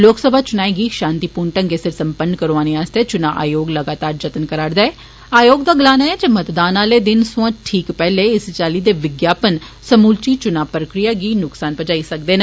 लोकसभा चुनाएं गी शान्तिपूर्ण ढंगै सिर सम्पन्न करौआने आस्तै चुना आयोग लगातार जत्न करा'रदा ऐ आयोग दा गलाना ऐ जे मतदान आले दिन सोयां ठीक पैहले इस चाली दे विज्ञापन समूलची चुनां प्रक्रिया गी नुक्सान पुजाई सकदा ऐ